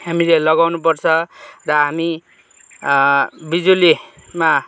हामीले लगाउनु पर्छ र हामी बिजुलीमा